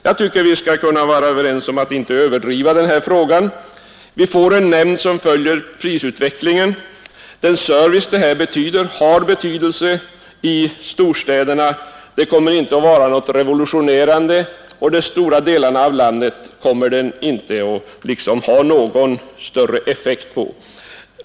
Jag tycker vi kan vara överens om att inte överdriva det här. Vi får en nämnd som följer prisutvecklingen. Den service slopandet av lagen möjliggör har betydelse i storstäderna, men det är inget revolutionerande, och i stora delar av landet kommer det inte att få någon effekt.